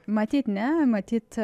matyt ne matyt